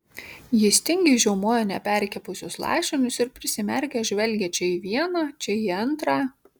jis tingiai žiaumojo neperkepusius lašinius ir prisimerkęs žvelgė čia į vieną čia į antrą